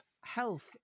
health